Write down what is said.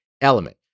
element